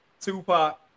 tupac